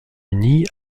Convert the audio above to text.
unis